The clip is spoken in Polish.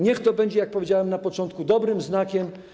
Niech to będzie, jak powiedziałem na początku, dobrym znakiem.